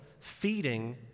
feeding